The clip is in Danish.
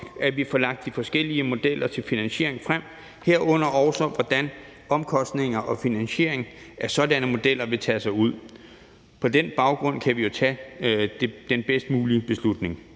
at vi får lagt de forskellige modeller til finansiering frem, herunder også, hvordan omkostninger og finansiering af sådanne modeller vil tage sig ud. På den baggrund kan vi jo tage den bedst mulige beslutning.